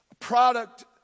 product